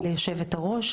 ליושבת-ראש,